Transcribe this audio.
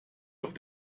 auf